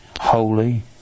holy